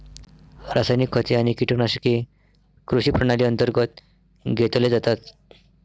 रासायनिक खते आणि कीटकनाशके कृषी प्रणाली अंतर्गत घेतले जातात